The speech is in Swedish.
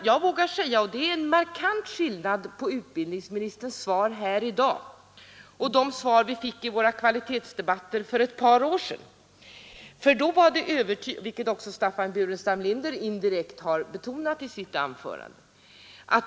Jag vågar säga att det är en markant skillnad mellan utbildningsministerns svar här i dag och de svar vi fick i våra kvalitetsdebatter för ett par år sedan, något som också herr Burenstam Linder indirekt betonade i sitt anförande.